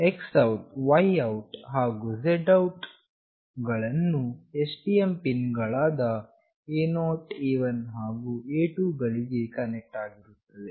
X OUT Y OUT ಹಾಗು Z OUT ಗಳನ್ನು STM pin ಗಳಾದ A0A1 ಹಾಗು A2 ಗಳಿಗೆ ಕನೆಕ್ಟ್ ಆಗುತ್ತದೆ